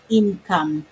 income